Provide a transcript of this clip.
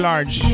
Large